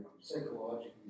psychologically